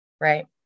right